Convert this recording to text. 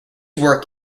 work